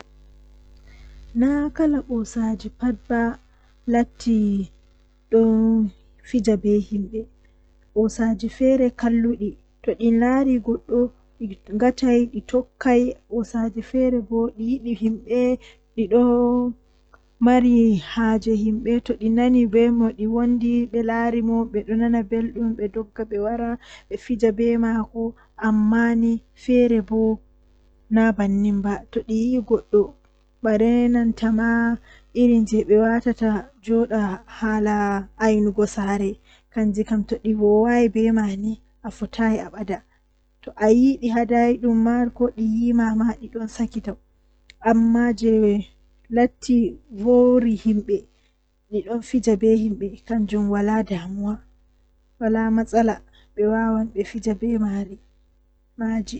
Nomi heɓirta sobiraaɓe tomi yahi babal kesum mi tokkan wurtaago mi nasta nder himɓe mi jooɗa mi hiira be mabɓe, Mi tokkaa yahugo ci'e laarugo fijirle mi tokka yahugo babal bukiiji mi tokka mi joɗa jam be himɓe.